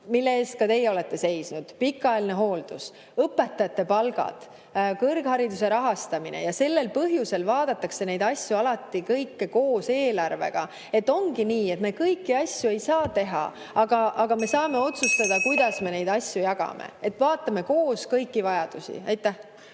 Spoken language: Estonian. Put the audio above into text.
mille eest ka teie olete seisnud: pikaajaline hooldus, õpetajate palgad, kõrghariduse rahastamine. Ja sellel põhjusel vaadatakse neid asju alati kõike koos eelarvega. Ongi nii, et me kõiki asju ei saa teha, aga me saame otsustada, kuidas me neid asju jagame. (Juhataja helistab